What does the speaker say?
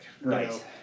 Right